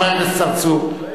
חבר הכנסת צרצור,